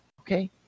Okay